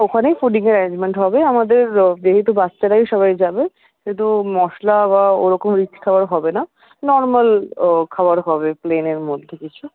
ওখানেই ফুডিংয়ের অ্যারেঞ্জমেন্ট হবে আমাদের যেহেতু বাচ্চারাই সবাই যাবে শুধু মশলা বা ওরকম রিচ খাবার হবে না নর্মাল খাবার হবে প্লেনের মধ্যে কিছু